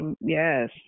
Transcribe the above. Yes